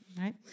right